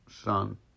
son